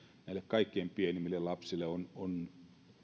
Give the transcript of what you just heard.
näille kaikkein pienimmille lapsille on on